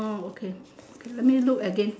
oh okay let me look again